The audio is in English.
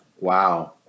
wow